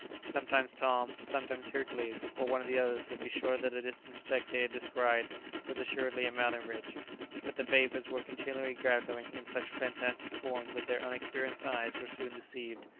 sometimes tom, sometimes hercules, or one of the others would be sure that a distant speck they had descried was assuredly a mountain ridge but the vapours were continually gathering in such fantastic forms that their unexperienced eyes were soon deceived,